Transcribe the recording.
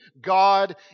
God